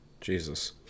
Jesus